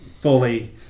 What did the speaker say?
fully